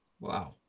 wow